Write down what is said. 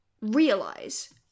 realize